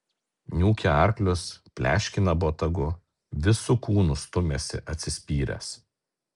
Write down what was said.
niūkia arklius pleškina botagu visu kūnu stumiasi atsispyręs